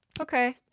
okay